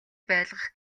байлгах